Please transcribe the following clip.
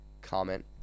comment